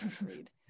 Agreed